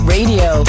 Radio